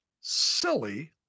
silly